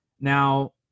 Now